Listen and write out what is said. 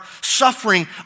suffering